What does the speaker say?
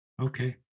Okay